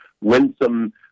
winsome